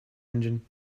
engine